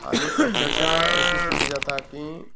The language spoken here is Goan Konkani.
आनी अक्षरशा अशी स्थिती जाता की